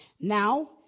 now